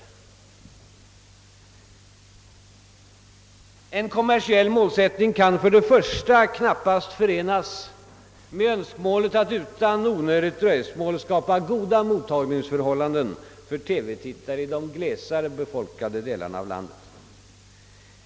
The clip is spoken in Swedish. Det första skälet är att en kommersiell målsättning knappast kan förenas med önskemålet att utan onödigt dröjsmål skapa goda mottagningsförhållanden för TV-tittare i de glesare befolkade delarna av landet.